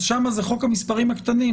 אז שם זה חוק המספרים הקטנים,